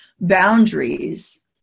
boundaries